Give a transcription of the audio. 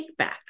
kickbacks